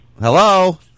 Hello